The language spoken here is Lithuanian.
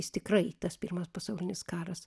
jis tikrai tas pirmas pasaulinis karas